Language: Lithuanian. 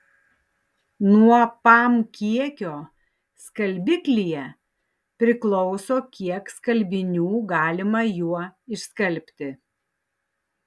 nuo pam kiekio skalbiklyje priklauso kiek skalbinių galima juo išskalbti